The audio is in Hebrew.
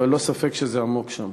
אבל אין ספק שזה עמוק שם.